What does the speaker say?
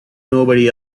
nobody